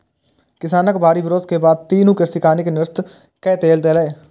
किसानक भारी विरोध के बाद तीनू कृषि कानून कें निरस्त कए देल गेलै